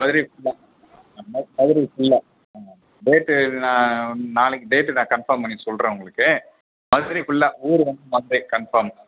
மதுரை ஃபுல்லாக மதுரை ஃபுல்லாக டேட்டு நான் நாளைக்கு டேட்டு நான் கன்ஃபார்ம் பண்ணிவிட்டு சொல்கிறேன் உங்களுக்கு மதுரை ஃபுல்லாக ஊர் வந்து மதுரை கன்ஃபார்ம்